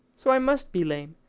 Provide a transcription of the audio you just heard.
so i must be lame,